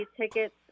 tickets